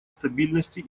стабильности